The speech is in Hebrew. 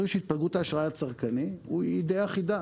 רואים שהתפלגות האשראי הצרכני היא די אחידה,